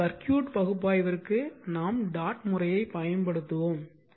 ஆனால் சர்க்யூட் பகுப்பாய்விற்கு நாம் டாட் முறையை பயன்படுத்துவோம்